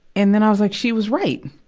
and then i was, like, she was right!